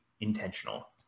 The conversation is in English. intentional